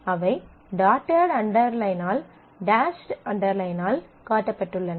அவை டாட்டெட் அண்டர்லைனால் டேஷ்டு அண்டர்லைனால் காட்டப்பட்டுள்ளன